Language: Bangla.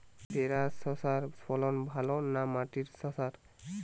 ভেরার শশার ফলন ভালো না মাটির শশার?